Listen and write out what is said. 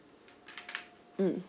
mm